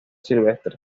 silvestres